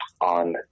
on